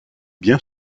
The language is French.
bien